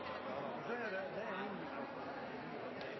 Ja vel, det er en